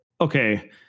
okay